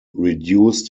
reduced